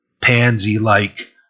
pansy-like